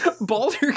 Baldur